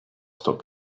stop